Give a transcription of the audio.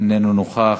איננו נוכח,